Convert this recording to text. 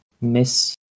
miss